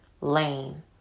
lane